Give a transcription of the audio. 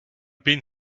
been